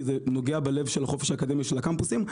כי זה נוגע בלב של החופש האקדמי של הקמפוסים.